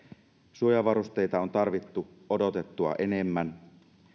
suojavarusteita on tarvittu odotettua enemmän